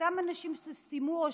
אותם אנשים שסיימו או